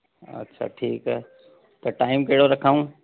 अच्छा ठीकु आहे त टाइम कहिड़ो रखूं